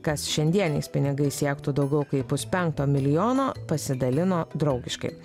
kas šiandieniais pinigais siektų daugiau kaip puspenkto milijono pasidalino draugiškai